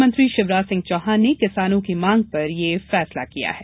मुख्यमंत्री शिवराज सिंह चौहान ने किसानों की मांग पर यह फैसला लिया है